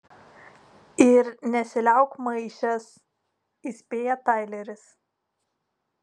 ir nesiliauk maišęs įspėja taileris